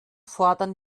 fordern